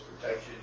protection